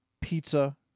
pizza